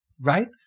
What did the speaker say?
Right